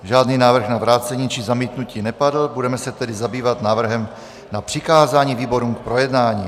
Žádný návrh na vrácení či zamítnutí nepadl, budeme se tedy zabývat návrhem na přikázání výborům k projednání.